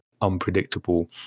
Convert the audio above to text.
unpredictable